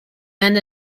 band